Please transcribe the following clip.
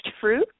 fruit